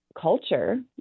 culture